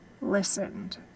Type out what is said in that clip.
listened